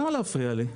למה להפריע לי?